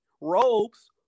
robes